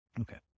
Okay